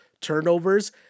turnovers